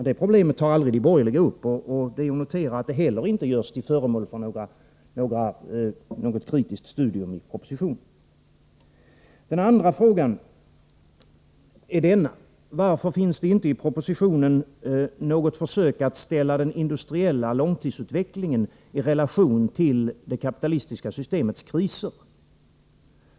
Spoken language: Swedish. Detta problem tar de borgerliga aldrig upp, och jag noterar att det inte heller har blivit föremål för något kritiskt studium i propositionen. Den andra frågan är denna: Varför görs det inte i propositionen något försök att ställa den industriella långtidsutvecklingen i relation till det kapitalistiska systemets kriser?